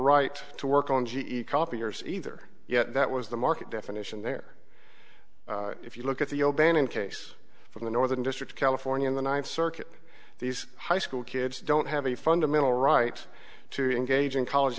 right to work on g e copiers either yet that was the market definition there if you look at the o'bannon case from the northern district of california in the ninth circuit these high school kids don't have a fundamental right to engage in college